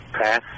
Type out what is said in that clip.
pass